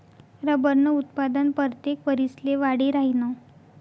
रबरनं उत्पादन परतेक वरिसले वाढी राहीनं